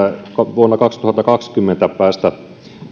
vuonna kaksituhattakaksikymmentä päästä